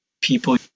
people